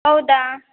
ಹೌದಾ